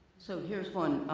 so here's one.